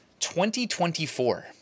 2024